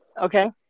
Okay